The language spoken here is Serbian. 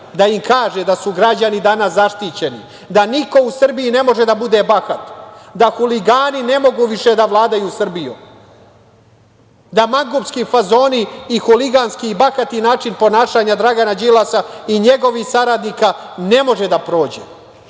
da im kaže da su građani danas zaštićeni, da niko u Srbiji ne može da bude bahat, da huligani ne mogu više da vladaju Srbijom, da mangupski fazoni i huliganski i bahati način ponašanja Dragana Đilasa i njegovih saradnika ne može da prođe.